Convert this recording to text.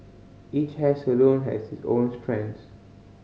each hair salon has its own strengths